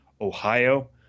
Ohio